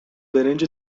برنج